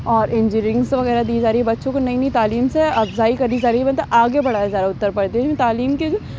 اور انجینئرنگس وغیرہ دی جا رہی ہے بچوں کو نئی نئی تعلیم سے افزائش کری جا رہی ہے مطلب آگے بڑھایا جا رہا ہے اتر پردیش تعلیم کے